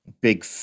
big